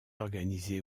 organisé